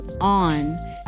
on